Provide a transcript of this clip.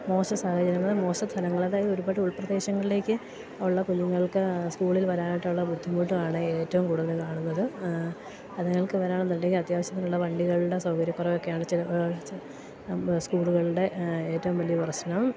മോശ സാഹചര്യങ്ങള് മോശ സ്ഥലങ്ങളതായത് ഒരുപാട് ഉൾപ്രദേശങ്ങളിലേക്ക് ഉള്ള കുഞ്ഞുങ്ങൾക്ക് സ്കൂളിൽ വരാനായിട്ടുള്ള ബുദ്ധിമുട്ടാണ് ഏറ്റവും കൂടുതൽ കാണുന്നത് അതുങ്ങൾക്ക് വരണമെന്നുണ്ടെങ്കിൽ അത്യാവശ്യത്തിനുള്ള വണ്ടികളുടെ സൗകര്യക്കുറവൊക്കെയാണ് ചില സ്കൂളുകളുടെ ഏറ്റവും വലിയ പ്രശ്നം